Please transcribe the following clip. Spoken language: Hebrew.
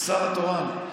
השר התורן.